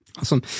Awesome